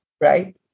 right